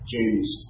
James